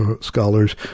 scholars